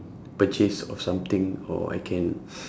purchase of something or I can